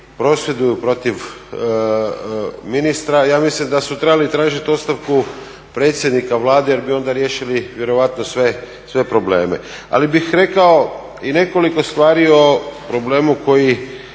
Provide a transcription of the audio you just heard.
prosvjeduju protiv ministra. Ja mislim da su trebali tražiti ostavku predsjednika Vlade jer bi onda riješili vjerojatno sve probleme. Ali bih rekao i nekoliko stvari o problemu koji